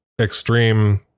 extreme